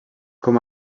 com